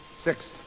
six